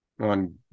on